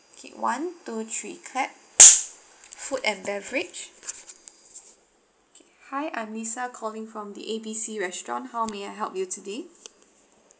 one two three clap food and beverage hi I'm lisa calling from A B C restaurant how may I help you today